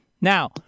Now-